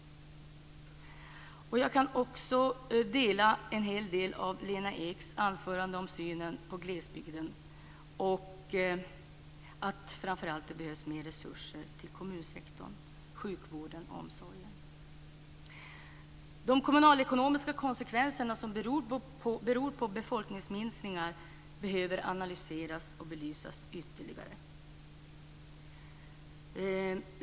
Jag kan också ansluta mig till en hel del av det som Lena Ek i sitt anförande framhöll om glesbygden, framför allt att det behövs mer resurser till kommunsektorn, sjukvården och omsorgen. De kommunalekonomiska konsekvenserna av befolkningsminskningar behöver analyseras och belysas ytterligare.